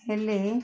ହେଲେ